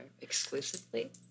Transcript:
exclusively